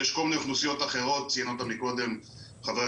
ציינת קודם ח"כ